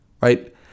right